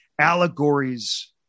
allegories